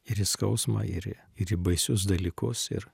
ir į skausmą ir į ir į baisius dalykus ir